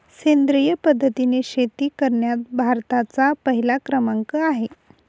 सेंद्रिय पद्धतीने शेती करण्यात भारताचा पहिला क्रमांक आहे